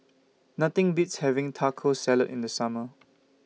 Nothing Beats having Taco Salad in The Summer